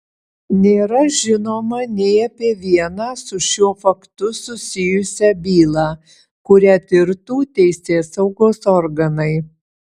nėra žinoma nei apie vieną su šiuo faktu susijusią bylą kurią tirtų teisėsaugos organai